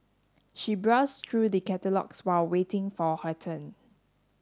she browsed through the catalogues while waiting for her turn